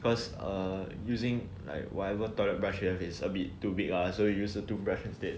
cause err using like whatever toilet brush you have is a bit too big lah so you use the toothbrush instead